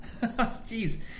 Jeez